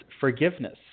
forgiveness